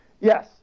Yes